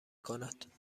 کند